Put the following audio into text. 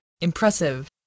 Impressive